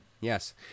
Yes